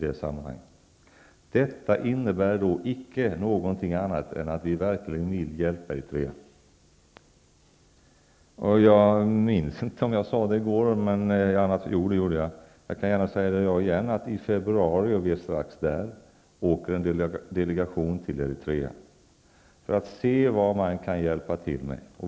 Detta innebär då icke någonting annat än att vi verkligen vill hjälpa Eritrea. Jag sade i går och kan gärna säga det i dag igen att i februari -- vi är strax där -- åker en delegation till Eritrea för att se vad man kan hjälpa till med.